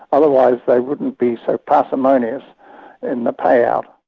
otherwise they wouldn't be so parsimonious in the pay-out.